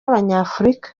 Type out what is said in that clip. abanyafrika